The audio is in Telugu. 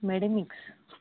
మెడిమిక్స్